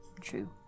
true